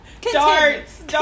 Darts